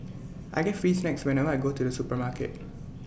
I get free snacks whenever I go to the supermarket